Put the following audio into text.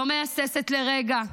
לא מהססת לרגע,